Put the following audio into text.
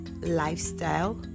lifestyle